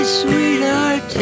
sweetheart